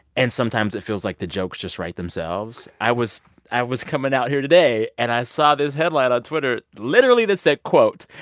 and sometimes, it feels like the jokes just write themselves. i was i was coming out here today, and i saw this headline on twitter, literally, that said, quote,